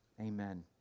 Amen